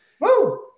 Woo